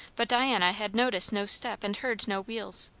but diana had noticed no step and heard no wheels.